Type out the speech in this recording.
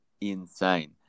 insane